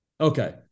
Okay